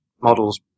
models